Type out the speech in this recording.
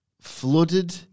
flooded